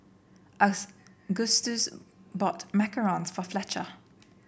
bought macarons for Fletcher